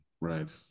right